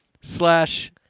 slash